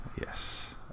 Yes